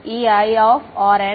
Ei ஆகும்